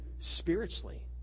spiritually